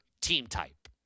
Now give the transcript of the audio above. team-type